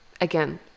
again